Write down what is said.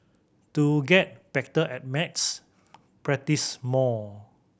to get better at maths practise more